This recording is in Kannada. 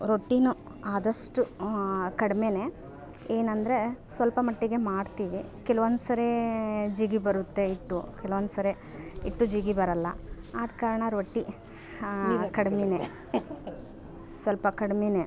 ರೊಟ್ಟಿ ಆದಷ್ಟು ಕಡ್ಮೆ ಏನಂದರೆ ಸ್ವಲ್ಪ ಮಟ್ಟಿಗೆ ಮಾಡ್ತೀವಿ ಕೆಲವೊಂದ್ಸರಿ ಜಿಗಿ ಬರುತ್ತೆ ಹಿಟ್ಟು ಕೆಲವೊಂದ್ಸರಿ ಹಿಟ್ಟು ಜಿಗಿ ಬರೊಲ್ಲ ಆ ಕಾರಣ ರೊಟ್ಟಿ ಕಡ್ಮೆ ಸ್ವಲ್ಪ ಕಡ್ಮೆ